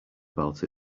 about